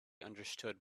understood